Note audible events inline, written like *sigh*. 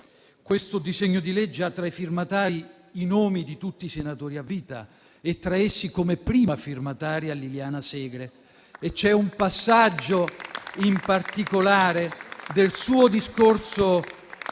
Questo disegno di legge ha tra i firmatari i nomi di tutti i senatori a vita e, tra essi, come prima firmataria Liliana Segre. *applause* C'è un passaggio in particolare del suo discorso